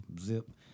zip